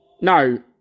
No